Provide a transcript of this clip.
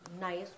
nice